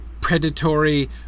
predatory